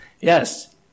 yes